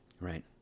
Right